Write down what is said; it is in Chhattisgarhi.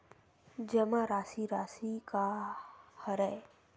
जमा राशि राशि का हरय?